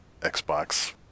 Xbox